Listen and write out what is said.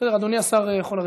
בסדר, אדוני השר יכול לרדת.